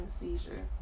seizure